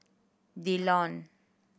The Lawn